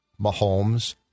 Mahomes